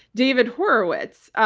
david horowitz,